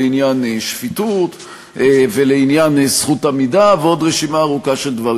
לעניין שפיטות ולעניין זכות העמידה ועוד רשימה ארוכה של דברים.